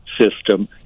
system